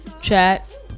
Chat